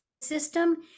system